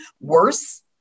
worse